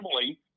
family